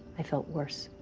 i felt worse.